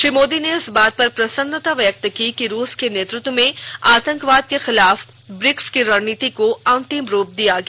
श्री मोदी ने इस बात पर प्रसन्नता व्यक्त की कि रूस के नेतृत्व में आतंकवाद के खिलाफ ब्रिक्स की रणनीति को अंतिम रूप दिया गया